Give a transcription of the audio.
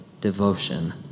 devotion